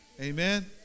Amen